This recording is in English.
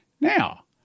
Now